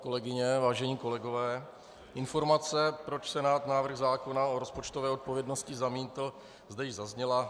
Vážené kolegyně, vážení kolegové, informace, proč Senát návrh zákona o rozpočtové odpovědnosti zamítl, zde již zazněla.